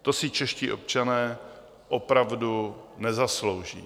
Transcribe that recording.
To si čeští občané opravdu nezaslouží.